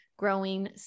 growing